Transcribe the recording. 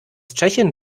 tschechien